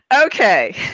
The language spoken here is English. Okay